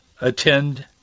attend